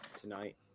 tonight